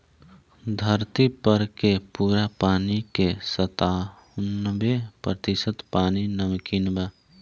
धरती पर के पूरा पानी के सत्तानबे प्रतिशत पानी नमकीन बा